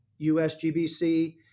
USGBC